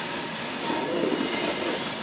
ᱦᱚᱸ ᱟᱨ ᱞᱟᱹᱭ ᱵᱤᱱ